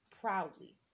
proudly